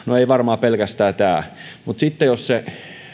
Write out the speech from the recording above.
ei varmaan pelkästään tämä mutta jos se